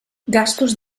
gastos